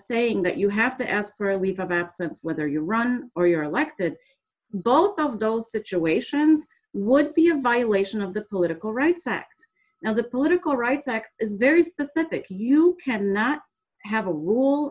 saying that you have to ask for a weave about since whether you run or you're elected both of those situations would be a violation of the political rights act now the political rights act is very specific you cannot have a